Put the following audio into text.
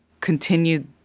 continued